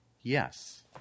yes